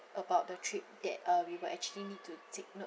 about the trip that uh we will actually need to take note